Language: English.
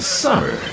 summer